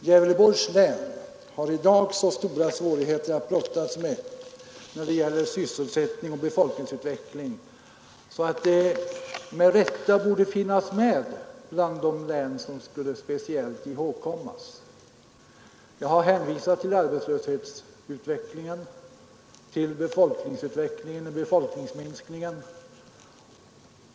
Gävleborgs län har i dag så stora svårigheter att brottas med när det gäller sysselsättning och befolkningsutveckling att länet med rätta borde finnas med bland de län som speciellt skall ihågkommas. Jag har hänvisat till arbetslöshetsutvecklingen och befolkningsminskningen.